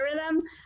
algorithm